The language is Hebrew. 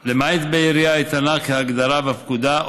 למעט בעירייה איתנה כהגדרתה בפקודה,